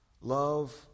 Love